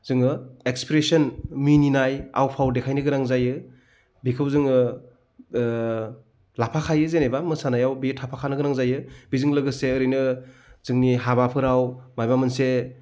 जोङो एक्सप्रेस'न मिनिनाय आव फाव देखायनो गोनां जायो बेखौ जोङो लाफाखायो जेनेबा मोसानायाव बे थाफाखानो गोनां जायो बेजों लोगोसे ओरैनो जोंनि हाबाफोराव माबेबा मोनसे